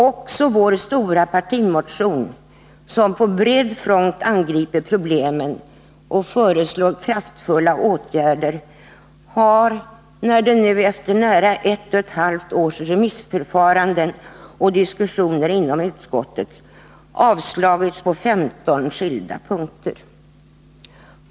Också vår stora partimotion, där vi på bred front angriper problemen och föreslår kraftfulla åtgärder, har nu efter nära ett och ett halvt års remissförfaranden och diskussioner inom utskottet avslagits på 15 skilda punkter.